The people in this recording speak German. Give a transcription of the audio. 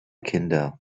kinder